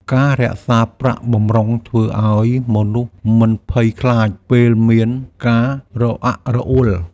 ការរក្សាប្រាក់បម្រុងធ្វើឱ្យមនុស្សមិនភ័យខ្លាចពេលមានការរអាក់រអួល។